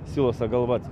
silosą gal vat